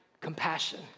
compassion